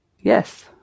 Yes